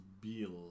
Bill